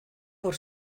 por